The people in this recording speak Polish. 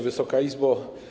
Wysoka Izbo!